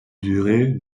durée